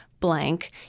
blank